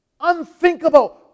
unthinkable